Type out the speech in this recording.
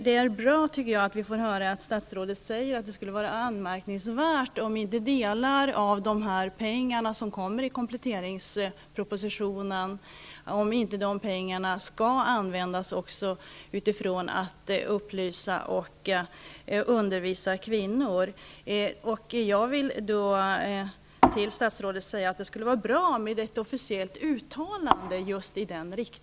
Det är bra att statsrådet säger att det skulle vara anmärkningsvärt om inte en del av de pengar som föreslås i kompletteringspropositionen skulle användas också till att upplysa och undervisa kvinnor. Jag vill då säga till statsrådet att det skulle vara bra med ett officiellt uttalande om just det.